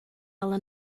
ela